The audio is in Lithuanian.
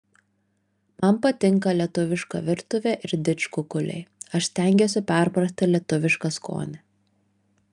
man patinka lietuviška virtuvė ir didžkukuliai aš stengiuosi perprasti lietuvišką skonį